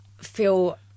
feel